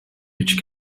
which